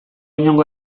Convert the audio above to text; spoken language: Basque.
inongo